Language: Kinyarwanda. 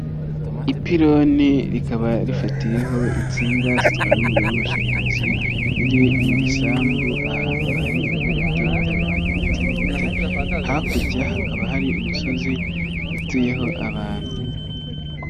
Ipironi rikaba rifatiyeho insinga zitwara umuriro w'amashanyarazi riri mu gisambu ahantu hari ibimera bigiye bitandukanye ndetse n'ibiti, hakurya hakaba hari umusozi utuyeho abantu.